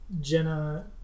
Jenna